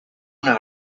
una